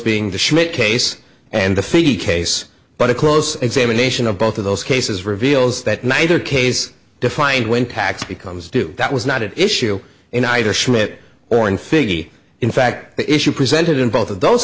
being the schmidt case and the figgy case but a close examination of both of those cases reveals that neither case defined when tax becomes due that was not an issue in either schmidt or in figgy in fact the issue presented in both of those